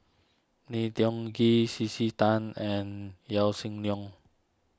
Lim Tiong Ghee C C Tan and Yaw Shin Leong